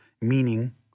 meaning